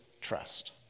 trust